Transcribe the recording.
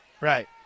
Right